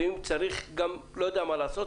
ואם צריך גם אני לא יודע מה לעשות,